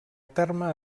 terme